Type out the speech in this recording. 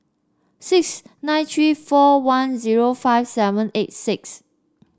six nine three four one zero five seven eight six